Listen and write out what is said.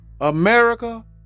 America